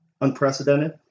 Unprecedented